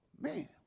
Man